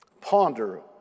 Ponder